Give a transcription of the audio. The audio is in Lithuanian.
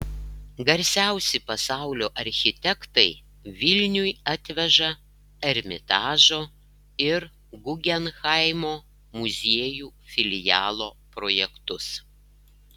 garsiausi pasaulio architektai vilniui atveža ermitažo ir gugenhaimo muziejų filialo projektus